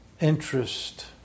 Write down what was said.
interest